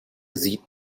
sieht